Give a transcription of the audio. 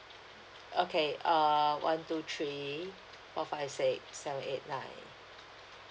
okay err one two three four five six seven eight nine